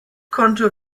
konnte